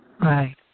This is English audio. Right